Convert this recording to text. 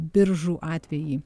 biržų atvejį